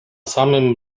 samym